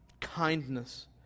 Kindness